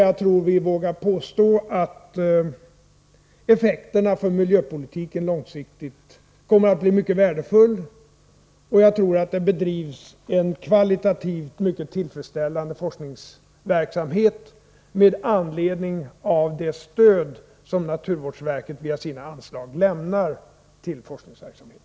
Jag tror att jag vågar påstå att de långsiktiga effekterna för miljöpolitiken kommer att bli mycket goda, och jag tror att det bedrivs en kvalitativt mycket tillfredsställande forskning med anledning av det stöd som naturvårdsverket via sina anslag lämnar till forskningsverksamhet.